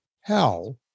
hell